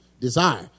desire